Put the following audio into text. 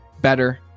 better